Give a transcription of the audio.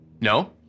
No